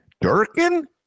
Durkin